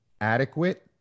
adequate